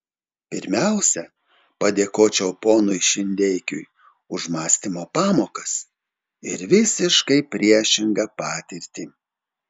pirmiausia padėkočiau ponui šindeikiui už mąstymo pamokas ir visiškai priešingą patirtį